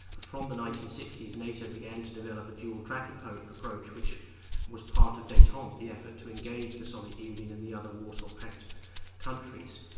from the nineteen sixty s nato began to develop a dual track approach which was part of detente, the effort to engage the soviet union and the other warsaw pact countries.